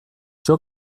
ciò